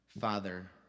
Father